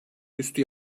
üstü